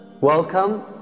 Welcome